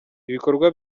ibikorwa